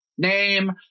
name